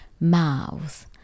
mouth